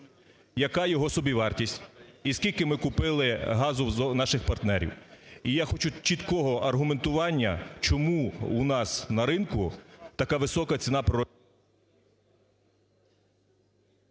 Яка його собівартість? І скільки ми купили газу в наших партнерів? І я хочу чіткого аргументування, чому у нас на ринку така висока ціна…